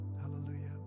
Hallelujah